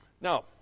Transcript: Now